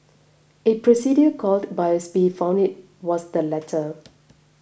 a procedure called biopsy found it was the latter